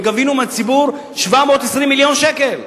וגבינו מהציבור 720 מיליון שקלים.